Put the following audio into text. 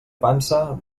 pansa